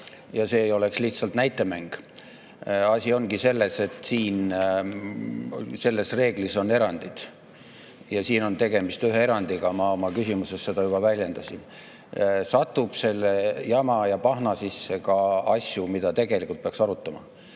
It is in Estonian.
Et see ei oleks lihtsalt näitemäng: asi ongi selles, et selles reeglis on erandid, ja siin on tegemist ühe erandiga. Ma oma küsimuses seda juba väljendasin. Selle jama ja pahna sisse satub ka asju, mida peaks tegelikult arutama,